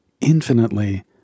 infinitely